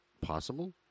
possible